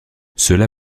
cela